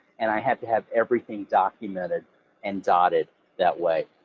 and i had to have everything documented and dotted that way.